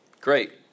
Great